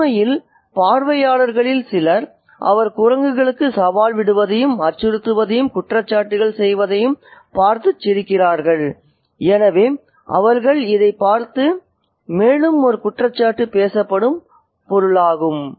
உண்மையில் பார்வையாளர்களில் சிலர் அவர் குரங்குக்கு சவால் விடுவதையும் அச்சுறுத்துவதையும் குற்றச்சாட்டுகளைச் செய்வதையும் பார்த்து சிரிக்கிறார்கள் எனவே அவர்கள் இதைப் பார்த்து சிரிக்கிறார்கள் மேலும் ஒரு குற்றச்சாட்டு பேசப்படும் சாபமாகும்